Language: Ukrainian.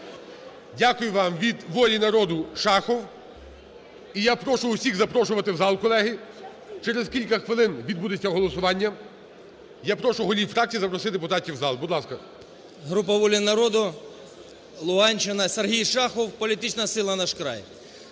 Дякую вам. Від "Волі народу" – Шахов. І я прошу усіх запрошувати в зал, колеги. через кілька хвилин відбудеться голосування. Я прошу голів фракцій запросити депутатів в зал. Будь ласка. 11:09:01 ШАХОВ С.В. Група "Воля народу", Луганщина, Сергій Шахов, політична сила "Наш край".